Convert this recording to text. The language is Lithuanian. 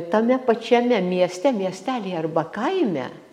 tame pačiame mieste miestelyje arba kaime